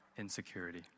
insecurity